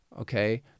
okay